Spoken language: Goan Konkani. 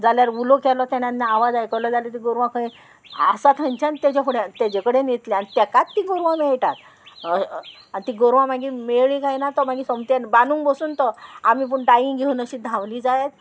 जाल्यार उलो केलो तेणे आनी आवाज आयकलो जाल्यार ती गोरवां खंय आसा थंयच्यान तेजे फुडें तेजे कडेन येतलीं आनी ताकाच ती गोरवां मेळटात आनी ती गोरवां मागीर मेळ्ळी काय ना तो मागीर सोमते बांदू पसून तो आमी पूण दायीं घेवन अशी धांवली जायत